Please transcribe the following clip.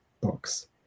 books